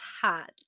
hot